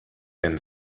been